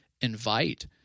invite